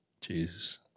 Jesus